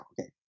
okay